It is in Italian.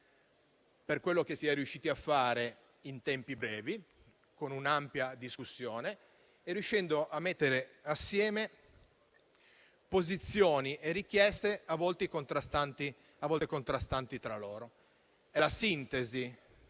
per quello che si è riusciti a fare in tempi brevi, con un'ampia discussione e riuscendo a mettere assieme posizioni e richieste a volte contrastanti tra loro. È una sintesi